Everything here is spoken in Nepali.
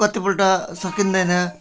कति पल्ट सकिँदैन